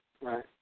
Right